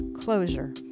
Closure